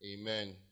Amen